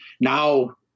now –